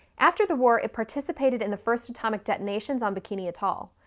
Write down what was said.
after the war, it participated in the first atomic detonations on bikini atoll.